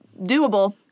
doable